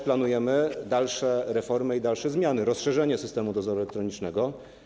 Planujemy też dalsze reformy i dalsze zmiany, rozszerzenie systemu dozoru elektronicznego.